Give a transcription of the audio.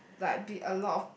like be a lot of